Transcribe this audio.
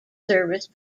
service